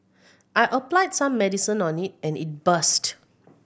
I applied some medicine on it and it burst